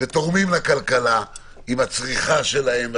ותורמים לכלכלה עם הצריכה שלהם.